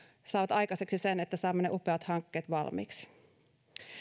saavat aikaiseksi sen että saamme ne upeat hankkeet valmiiksi